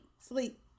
Sleep